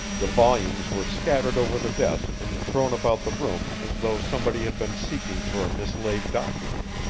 the volumes were scattered over the desk and thrown about the room as though somebody had been seeking for a mislaid document.